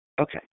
Okay